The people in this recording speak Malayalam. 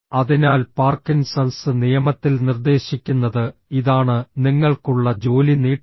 അതിനാൽ പാർക്കിൻസൺസ് നിയമത്തിൽ നിർദ്ദേശിക്കുന്നത് ഇതാണ് നിങ്ങൾക്കുള്ള ജോലി നീട്ടും